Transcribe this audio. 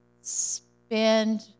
spend